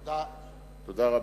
תודה רבה.